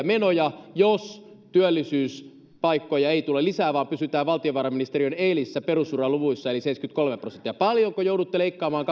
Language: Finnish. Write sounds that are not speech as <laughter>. <unintelligible> menoja jos työllisyyspaikkoja ei tule lisää vaan pysytään valtiovarainministeriön eilisissä perusuraluvuissa eli seitsemänkymmentäkolme prosenttia paljonko joudutte kaksituhattakaksikymmentäkolme leikkaamaan <unintelligible>